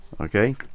Okay